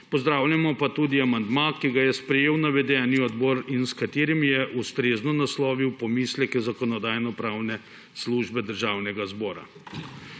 pozdravljamo pa tudi amandma, ki ga je sprejel navedeni odbor in s katerim je ustrezno naslovil pomisleke Zakonodajno-pravne službe Državnega zbora.